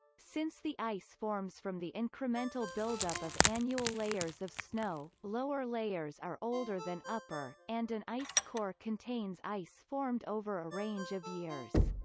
since the ice forms from the incremental buildup of annual layers of snow, lower layers are older than upper, and an ice core contains ice formed over a range of years.